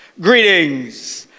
Greetings